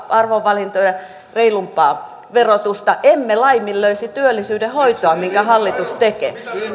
arvovalintoja reilumpaa verotusta emme laiminlöisi työllisyyden hoitoa minkä hallitus tekee